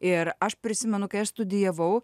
ir aš prisimenu kai aš studijavau